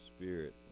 Spirit